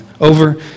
over